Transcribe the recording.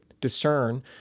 discern